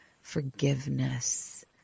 forgiveness